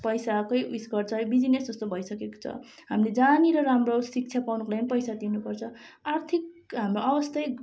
पैसाकै उयस गर्छ बिजनेस जस्तो भइसकेको छ हामी जहाँनिर राम्रो शिक्षा पाउनुको लागि पनि पैसा दिनुपर्छ आर्थिक हाम्रो अवस्था